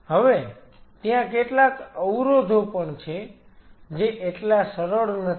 હવે ત્યાં કેટલાક અવરોધો પણ છે જે એટલા સરળ નથી